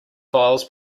files